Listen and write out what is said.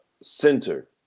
center